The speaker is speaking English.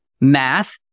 math